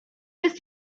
jest